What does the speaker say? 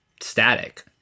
static